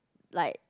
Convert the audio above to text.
like